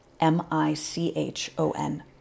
M-I-C-H-O-N